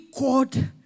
God